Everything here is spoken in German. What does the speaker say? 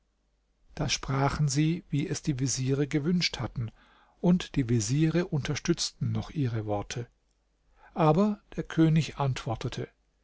da sprachen sie wie es die veziere gewünscht hatten und die veziere unterstützten noch ihre worte aber der könig antwortete